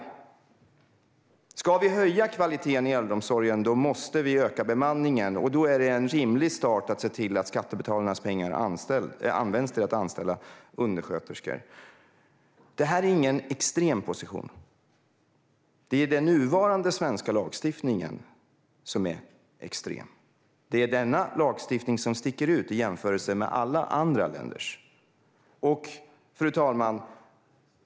Om vi ska höja kvaliteten i äldreomsorgen måste vi öka bemanningen. Då är det en rimlig start att se till att skattebetalarnas pengar används till att anställa undersköterskor. Detta är ingen extrem position. Det är den nuvarande svenska lagstiftningen som är extrem. Det är denna lagstiftning som sticker ut i jämförelse med alla andra länders. Fru talman!